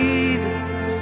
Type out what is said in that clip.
Jesus